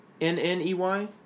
N-N-E-Y